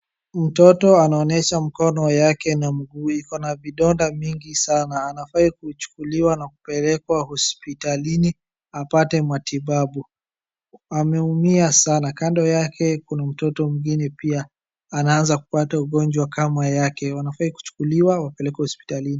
Mtoto anaonyesha mkono yake na mguu iko na vidonda mingi sana. Anafaa kuchukuliwa na kupelekwa hospitalini apate matibabu. Ameumia sana. Kando yake kuna mtoto mwingine pia anaanza kupata ugonjwa kama yake. Wanafaa kuchukuliwa wapelekwe hospitalini.